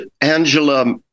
Angela